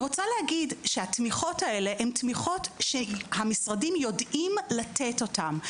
התמיכות האלה הן תמיכות שהמשרדים יודעים לתת אותן.